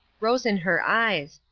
rose in her eyes,